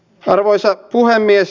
arvoisa puhemies